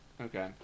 Okay